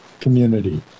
community